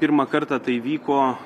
pirmą kartą tai įvyko